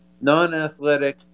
non-athletic